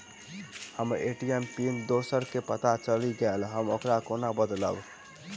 हम्मर ATM pin दोसर केँ पत्ता चलि गेलै, हम ओकरा कोना बदलबै?